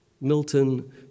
Milton